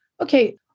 Okay